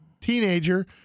teenager